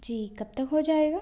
जी कब तक हो जाएगा